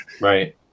Right